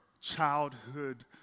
childhood